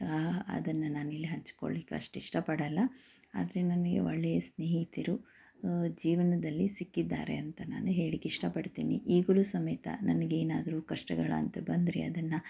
ಅದನ್ನು ನಾನು ಇಲ್ಲಿ ಹಂಚ್ಕೊಳ್ಲಿಕ್ಕೆ ಅಷ್ಟಿಷ್ಟಪಡಲ್ಲ ಆದರೆ ನನಗೆ ಒಳ್ಳೆಯ ಸ್ನೇಹಿತರು ಜೀವನದಲ್ಲಿ ಸಿಕ್ಕಿದ್ದಾರೆ ಅಂತ ನಾನು ಹೇಳ್ಲಿಕ್ಕೆ ಇಷ್ಟಪಡ್ತೀನಿ ಈಗಲೂ ಸಮೇತ ನನಗೇನಾದರೂ ಕಷ್ಟಗಳು ಅಂತ ಬಂದರೆ ಅದನ್ನು